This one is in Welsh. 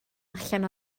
allan